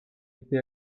été